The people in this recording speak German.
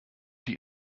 die